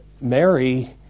Mary